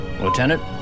Lieutenant